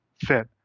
fit